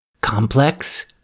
Complex